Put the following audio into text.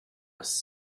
was